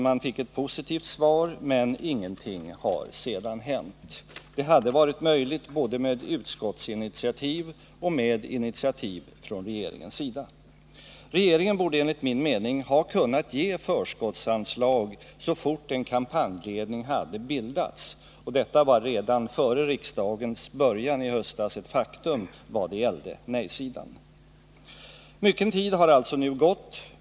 Man fick ett positivt svar, men ingenting har sedan hänt. Både utskottsinitiativ och initiativ från regeringens sida hade varit möjliga. Regeringen borde enligt min mening ha kunnat ge förskottsanslag så fort en kampanjledning hade bildats — och detta var redan före riksdagens början i höstas ett faktum i vad gäller nej-sidan. Mycken onödig tid har alltså gått.